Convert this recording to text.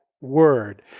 word